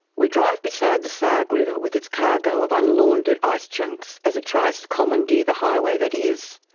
we drive beside the sag river with its cargo of unlaundered ice chunks as it tries to commandeer the highway that is,